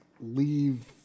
leave